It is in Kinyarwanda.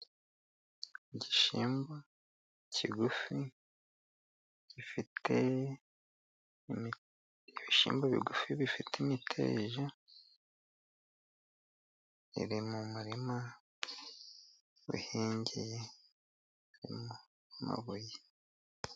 Igishyimbo kigufi gifite ibishyimbo bigufi bifite imiteja iri mu murima uhingiye urri mu mabuye.